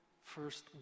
first